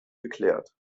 geklärt